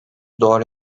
doğru